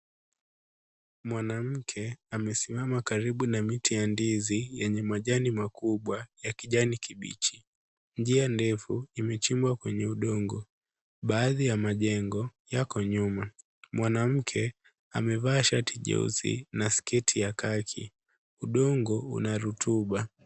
Mwanamke amesimama karibu na miti ya ndizi yenye majani makubwa ya kijani kibichi. Njia ndefu imechimbwa kwenye udongo, baadhi ya majengo yako nyuma. Mwanamke amevaa shati jeusi na sketi ya kaki, udongo una rutuba.